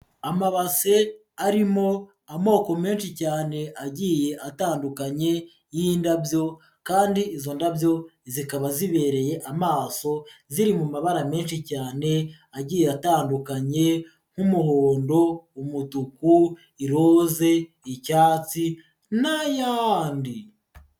Amabase arimo amoko menshi cyane agiye atandukanye y'indabyo kandi izo ndabyo zikaba zibereye amaso, ziri mu mabara menshi cyane agiye atandukanye nk'umuhondo, umutuku, iroze, icyatsi n'ay'ahandi.